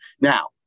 Now